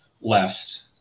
left